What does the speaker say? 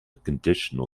conditional